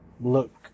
look